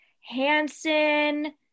Hanson